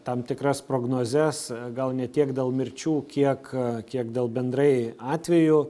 tam tikras prognozes gal ne tiek dėl mirčių kiek kiek dėl bendrai atvejų